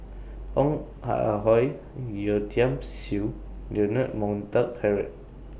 Ong Ah Hoi Yeo Tiam Siew Leonard Montague Harrod